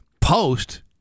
Post